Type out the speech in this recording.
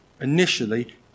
initially